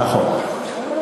נכון.